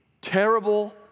terrible